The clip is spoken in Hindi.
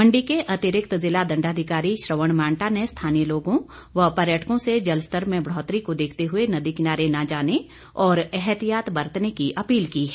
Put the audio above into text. मंडी के अतिरिक्त जिला दंडाधिकारी श्रवण मांटा ने स्थानीय लोगों व पर्यटकों से जलस्तर में बढ़ोतरी को देखते हुए नदी किनारे न जाने और एहतियात बरतने की अपील की है